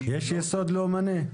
יש יסוד לאומני?